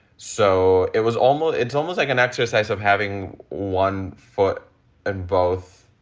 so it was almost it's almost like an exercise of having one foot in both.